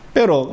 Pero